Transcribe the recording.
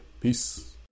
peace